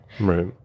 Right